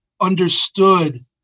understood